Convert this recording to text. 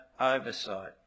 oversight